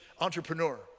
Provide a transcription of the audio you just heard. entrepreneur